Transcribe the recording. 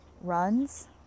runs